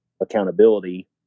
accountability